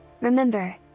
Remember